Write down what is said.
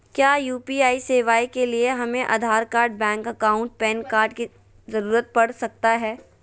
क्या यू.पी.आई सेवाएं के लिए हमें Aadhaar card bank account PAN card की जरूरत पड़ सकता है?